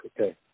okay